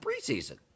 preseason